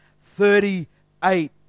Thirty-eight